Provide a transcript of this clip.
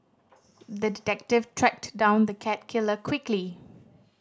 the detective tracked down the cat killer quickly